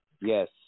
Yes